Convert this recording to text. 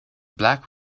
black